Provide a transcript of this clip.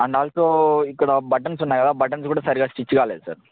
and also ఇక్కడ buttons ఉన్నాయ్ కదా బటన్స్ కూడా సరిగా స్టిచ్ కాలేద్ సార్